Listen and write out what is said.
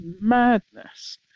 madness